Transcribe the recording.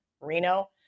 Reno